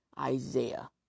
Isaiah